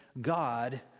God